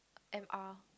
M R